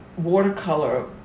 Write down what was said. watercolor